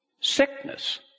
Sickness